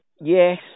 Yes